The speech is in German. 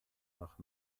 nach